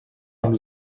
amb